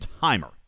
timer